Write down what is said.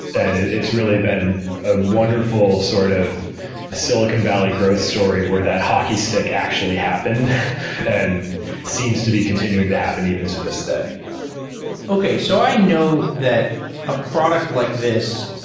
and and it's really been a wonderful sort of silicon valley growth story where that hockey stick actually happened and seems to be continuing to happen even to this day okay. so i know that a product like this,